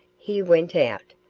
he went out,